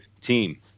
team